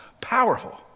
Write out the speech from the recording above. powerful